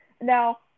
Now